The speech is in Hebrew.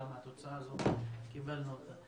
למה קיבלנו את התוצאה הזאת.